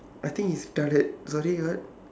I think he's retarded sorry what